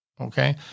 okay